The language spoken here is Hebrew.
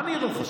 מה נראה לך,